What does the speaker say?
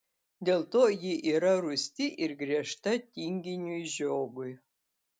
dėl to ji yra rūsti ir griežta tinginiui žiogui